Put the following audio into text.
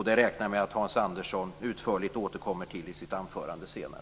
Jag räknar med att Hans Andersson utförligt återkommer till det i sitt anförande senare.